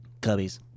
Cubbies